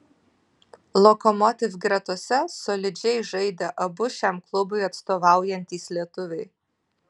lokomotiv gretose solidžiai žaidė abu šiam klubui atstovaujantys lietuviai